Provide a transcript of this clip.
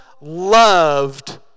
loved